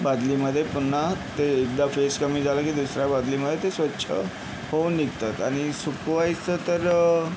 बादलीमध्ये पुन्हा ते एकदा फेस कमी झाला की दुसऱ्या बादलीमध्ये ते स्वच्छ होऊन निघतात आणि सुकवायचं तर